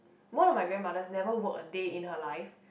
one of my grandmothers never worked a day in her life